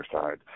side